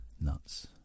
nuts